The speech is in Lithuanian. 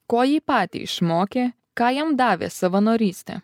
ko jį patį išmokė ką jam davė savanorystė